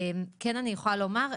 אני יכולה לומר,